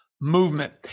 movement